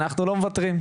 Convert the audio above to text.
אנחנו לא מוותרים.